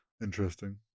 Interesting